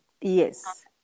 Yes